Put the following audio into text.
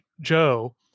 Joe